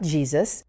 Jesus